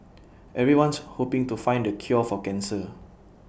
everyone's hoping to find the cure for cancer